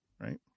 right